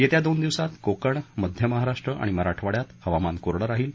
येत्या दोन दिवसात कोकण मध्य महाराष्ट्र आणि मराठवाडयात हवामान कोरडं राहील